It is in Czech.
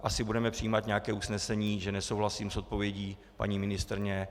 Asi budeme přijímat nějaké usnesení, že nesouhlasím s odpovědí paní ministryně.